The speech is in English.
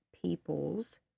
Peoples